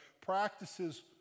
practices